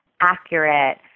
accurate